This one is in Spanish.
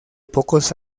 pocos